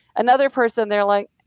another person, they're like,